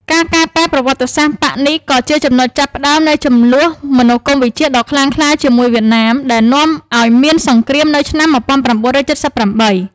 ការកែប្រែប្រវត្តិសាស្ត្របក្សនេះ ក៏ជាចំណុចចាប់ផ្ដើមនៃជម្លោះមនោគមវិជ្ជាដ៏ខ្លាំងក្លាជាមួយវៀតណាម ដែលនាំឱ្យមានសង្គ្រាមនៅឆ្នាំ១៩៧៨។